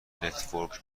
نتورک